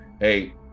hey